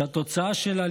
שהתוצאה שלה,